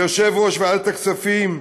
ליושב-ראש ועדת הכספים,